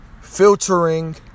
filtering